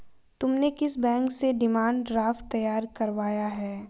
तुमने किस बैंक से डिमांड ड्राफ्ट तैयार करवाया है?